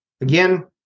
again